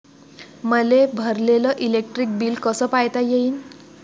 मले भरलेल electric bill कस पायता येईन?